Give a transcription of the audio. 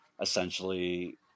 essentially